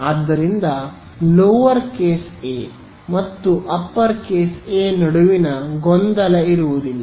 ಆದ್ದರಿಂದ lower case A ಮತ್ತು ಮೇಲಿನ ಕೇಸ್ ಎ ನಡುವಿನ ಗೊಂದಲ ಇರುವುದಿಲ್ಲ